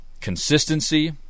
consistency